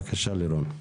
בבקשה לירון.